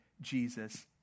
Jesus